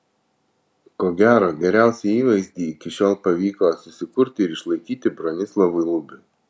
ko gero geriausią įvaizdį iki šiol pavyko susikurti ir išlaikyti bronislovui lubiui